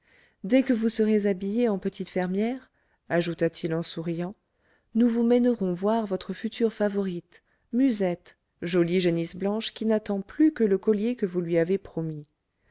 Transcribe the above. dès que vous serez habillée en petite fermière ajouta-t-il en souriant nous vous mènerons voir votre future favorite musette jolie génisse blanche qui n'attend plus que le collier que vous lui avez promis